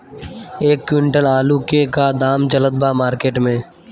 एक क्विंटल आलू के का दाम चलत बा मार्केट मे?